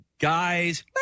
guys